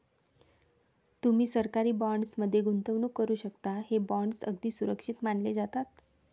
तुम्ही सरकारी बॉण्ड्स मध्ये गुंतवणूक करू शकता, हे बॉण्ड्स अगदी सुरक्षित मानले जातात